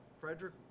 Frederick